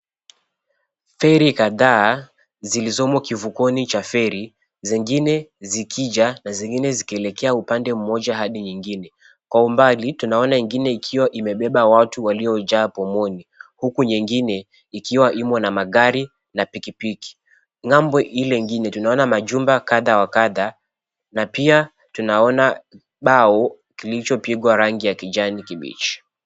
Feri kadhaa zilizomo kivukoni cha feri, zingine zikija na zingine zikielekea upande mmoja hadi nyingine. Kwa umbali tunaona ingine ikiwa imebeba watu waliojaa pomoni huku nyengine ikiwa imo na magari na pikipiki. Ng'ambo ile ingine tunaona majumba kadha wa kadha na pia tunaona bao kilichopigwa rangi ya kijani kibichi.